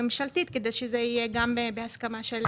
ממשלתית כדי שזה יהיה בהסכמה של כל גורמי הממשלה.